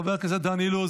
חבר הכנסת דן אילוז,